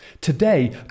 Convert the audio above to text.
Today